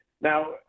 Now